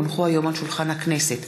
כי הונחו היום על שולחן הכנסת,